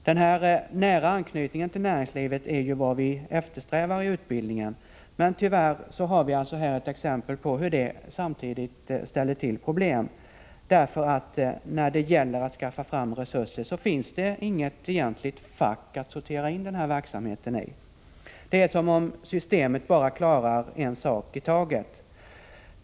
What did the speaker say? Den nära anknytningen till näringslivet är ju vad vi eftersträvar i utbildningen. Men tyvärr har vi här ett exempel på hur det samtidigt ställer till problem. När det gäller att skaffa fram resurser, finns det inget egentligt fack att sortera in den här verksamheten i. Det är som om ”systemet” bara klarar en sak i taget.